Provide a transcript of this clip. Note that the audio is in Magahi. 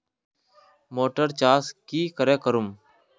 मोटर चास की करे करूम?